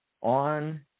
on